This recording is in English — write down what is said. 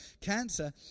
cancer